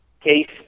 case